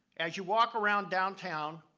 as you walk around downtown,